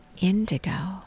indigo